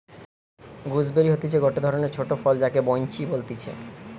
gooseberry হতিছে গটে ধরণের ছোট ফল যাকে বৈনচি বলতিছে